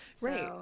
right